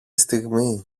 στιγμή